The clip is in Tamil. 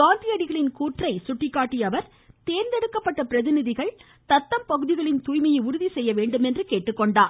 காந்தியடிகளின் கூற்றை எடுத்துரைத்த அவர் தோ்ந்தெடுக்கப்பட்ட பிரதிநிதிகள் தத்தம் பகுதிகளின் தூய்மையை உறுதி செய்ய வேண்டும் என்று குறிப்பிட்டார்